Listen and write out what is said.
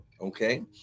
okay